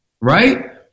Right